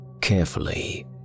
carefully